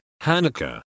Hanukkah